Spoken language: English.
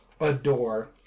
adore